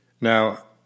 Now